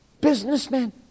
businessmen